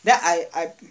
then I I